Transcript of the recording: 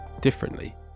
differently